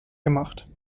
gemacht